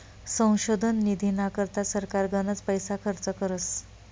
संशोधन निधीना करता सरकार गनच पैसा खर्च करस